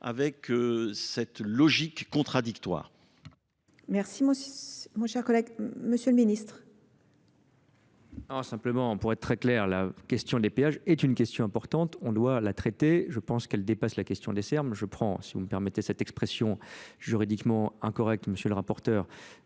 avec cette logique contradictoire mon cher collègue, M. le ministre. Simplement, pour être très clair, la question des péages est une question importante on doit la traiter, je pense qu'elle dépasse la question des Serbes mais je prends si vous me permettez cette expression juridiquement incorrecte M.. le rapporteur